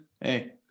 hey